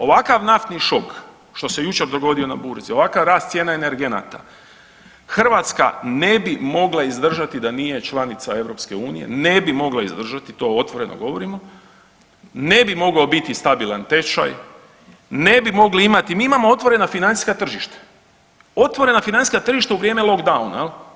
Ovakav naftni šok što se jučer dogodio na burzi, ovakav rast cijena energenata Hrvatska ne bi mogla izdržati da nije članica EU, ne bi mogla izdržati, to otvoreno govorimo, ne bi mogao biti stabilna tečaj, ne bi mogli imati, mi imamo otvorena financijska tržišta, otvorena financijska tržišta u vrijeme lockdowna jel.